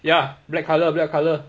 ya black colour black colour